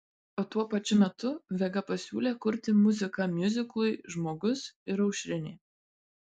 o tuo pačiu metu vega pasiūlė kurti muziką miuziklui žmogus ir aušrinė